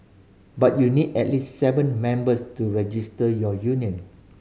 but you need at least seven members to register your union